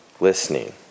listening